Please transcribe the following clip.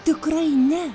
tikrai ne